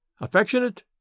affectionate